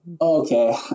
Okay